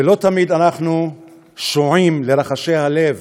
ולא תמיד אנחנו שועים לרחשי הלב